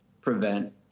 prevent